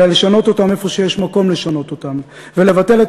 אלא לשנות אותם איפה שיש מקום לשנות אותם ולבטל את